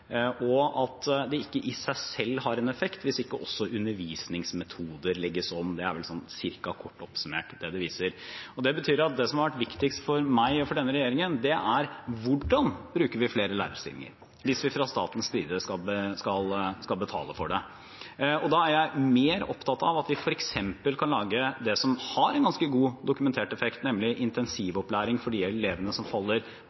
og i seg selv har ikke det en effekt hvis ikke også undervisningsmetoder legges om. Det er kort oppsummert det det viser. Det som har vært viktigst for meg og for denne regjeringen, er hvordan vi bruker flere lærerstillinger, hvis vi fra statens side skal betale for det. Da er jeg mer opptatt av at vi f.eks. skal gjøre det som har en ganske godt dokumentert effekt, nemlig gi intensivopplæring til de elevene som faller